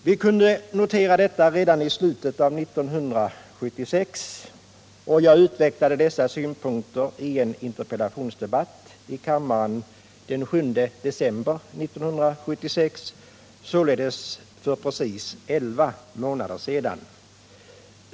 Vi kunde notera detta redan i slutet av 1976, och jag utvecklade dessa synpunkter i en interpellationsdebatt i kammaren den 7 december 1976, således för precis elva månader sedan.